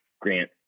Grant